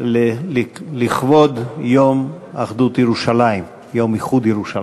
לכבוד יום אחדות ירושלים, יום איחוד ירושלים.